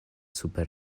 super